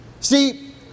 See